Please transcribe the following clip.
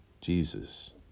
Jesus